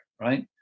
right